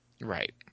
right